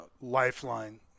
lifeline